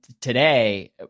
Today